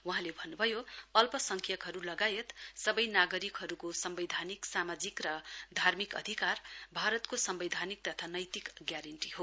वहाँले भन्नुभयो अल्पसंख्यकहरू लगायत सबै नागरिकहरूको सम्वैधानिक सामाजिक र धार्मिक अधिकार भारतको सम्वैधानिक तथा नैतिक ग्यारेन्टी हो